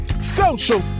social